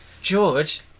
George